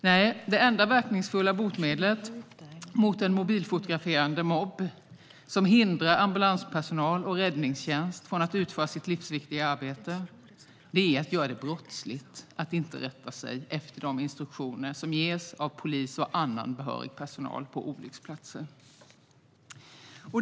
Nej, det enda verkningsfulla botemedlet mot att en mobilfotograferande mobb hindrar ambulanspersonal och räddningstjänst från att utföra sitt livsviktiga arbete är att göra det brottsligt att inte rätta sig efter de instruktioner som ges av polis eller annan behörig personal på olycksplatsen.